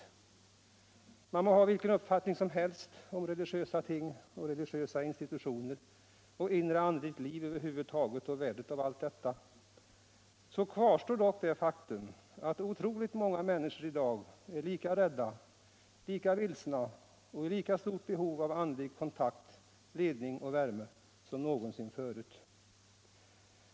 Man må ha vilken uppfattning som helst om religiösa ting, religiösa institutioner och inre andligt liv över huvud taget och värdet av allt detta, så kvarstår dock det faktum att otroligt många människor i dag är lika rädda, lika vilsna och i lika stort behov av andlig kontakt, ledning och värme som någonsin förut.